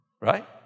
Right